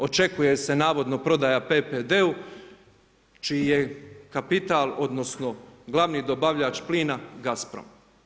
Očekuje se navodno prodaja PPD-u čiji je kapital, odnosno glavni dobavljač plina GAZPROM.